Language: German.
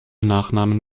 nachnamen